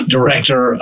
Director